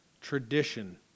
tradition